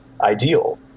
ideal